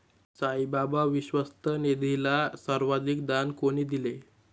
साईबाबा विश्वस्त निधीला सर्वाधिक दान कोणी दिले?